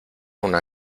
una